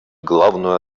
главную